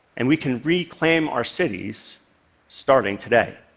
and we can reclaim our cities starting today.